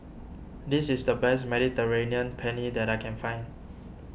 this is the best Mediterranean Penne that I can find